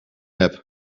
heb